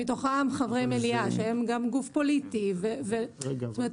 שמתוכם חברי מליאה שהם גם גוף פוליטי - זאת אומרת,